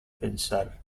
pensar